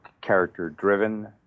character-driven